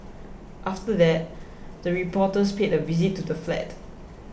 after that the reporters paid a visit to the flat